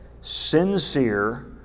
sincere